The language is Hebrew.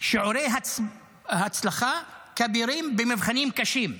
שיעורי הצלחה כבירים במבחנים קשים.